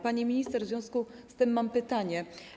Pani minister, w związku z tym mam pytanie.